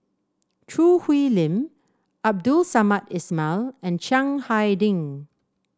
Choo Hwee Lim Abdul Samad Ismail and Chiang Hai Ding